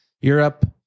Europe